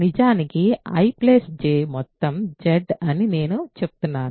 నిజానికి I J మొత్తం Z అని నేను చెప్తున్నాను